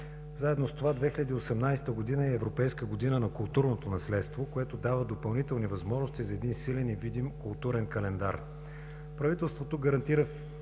Заедно с това 2018 г. е и Европейска година на културното наследство, което дава допълнителни възможности за един силен и видим културен календар. Правителството гарантира финансиране